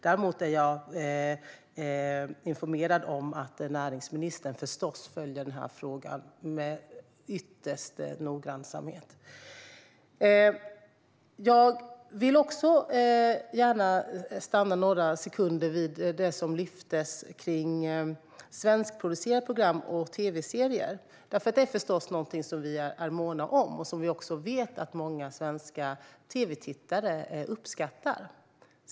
Jag är dock informerad om att näringsministern förstås följer denna fråga ytterst noggrant. Jag vill också gärna stanna några sekunder vid det som lyftes fram gällande svenskproducerade program och tv-serier. Detta är förstås något vi är måna om och som vi vet att många svenska tv-tittare uppskattar.